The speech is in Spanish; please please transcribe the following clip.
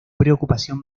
preocupación